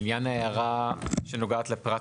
לעניין ההערה שנוגעת לפרט